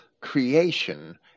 creation